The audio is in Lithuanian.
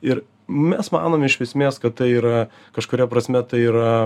ir mes manom iš esmės kad tai yra kažkuria prasme tai yra